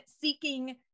seeking